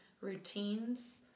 routines